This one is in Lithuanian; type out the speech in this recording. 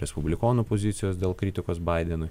respublikonų pozicijos dėl kritikos baidenui